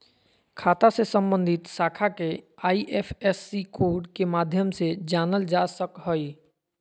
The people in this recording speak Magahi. खाता से सम्बन्धित शाखा के आई.एफ.एस.सी कोड के माध्यम से जानल जा सक हइ